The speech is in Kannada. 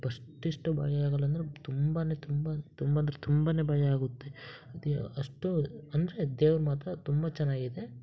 ಅಷ್ಟಿಷ್ಟು ಭಯ ಆಗಲ್ಲ ಅಂದರೆ ತುಂಬಾ ತುಂಬ ತುಂಬ ಅಂದ್ರೆ ತುಂಬ ಭಯ ಆಗುತ್ತೆ ಅದು ಅಷ್ಟು ಅಂದರೆ ದೇವ್ರು ಮಾತ್ರ ತುಂಬ ಚೆನ್ನಾಗಿದೆ